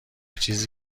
چیزی